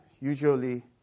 usually